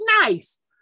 nice